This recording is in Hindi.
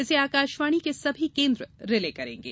इसे आकाशवाणी के सभी केन्द्र रिले करेंगे